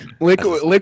Liquid